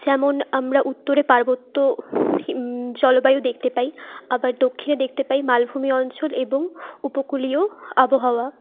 যেমন আমরা উত্তরে পার্বত্য জলবায়ু দেখতে পাই আবার দক্ষিণে দেখতে পাই মালভূমি অঞ্চল এবং উপকূলীয় আবহাওয়া